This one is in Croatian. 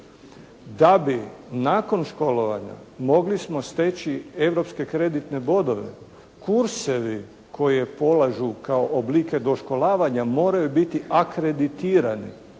Da bi, nakon školovanja mogli smo steći europske kreditne bodove, kursevi koje polažu kao oblike doškolavanja moraju biti akreditirani